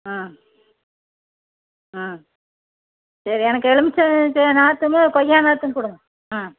ஆ ஆ சரி எனக்கு எலும்பிச்சம் நாற்றும் கொய்யா நாற்றும் கொடுங்க ஆ